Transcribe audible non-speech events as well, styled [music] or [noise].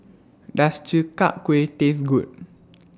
[noise] Does Chi Kak Kuih Taste Good [noise]